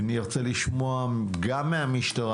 אני ארצה לשמוע גם מהמשטרה,